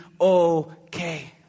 okay